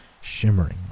shimmering